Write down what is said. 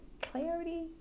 clarity